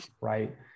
right